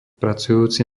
pracujúci